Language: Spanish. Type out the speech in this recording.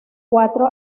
cuatro